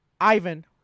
Ivan